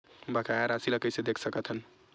बकाया राशि ला कइसे देख सकत हान?